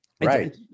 Right